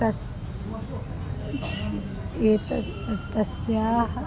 तस् एतद् तस्याः